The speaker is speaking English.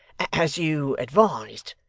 as you advised,